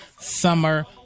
Summer